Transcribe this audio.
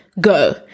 go